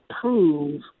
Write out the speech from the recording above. prove